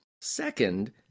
Second